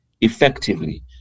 effectively